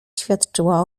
świadczyła